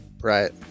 Right